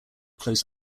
close